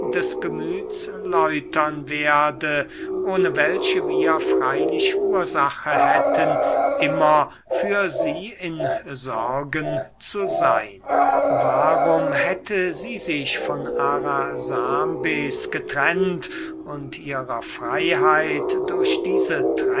des gemüths läutern werde ohne welche wir freylich ursache hätten immer für sie in sorgen zu seyn warum hätte sie sich von arasambes getrennt und ihrer freyheit durch diese